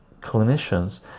clinicians